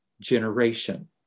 generation